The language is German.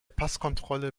passkontrolle